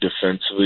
defensively